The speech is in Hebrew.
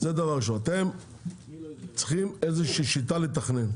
אתם צריכים איזושהי שיטה לתכנן.